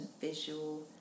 visual